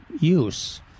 use